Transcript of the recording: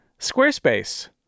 squarespace